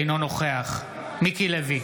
אינו נוכח מיקי לוי,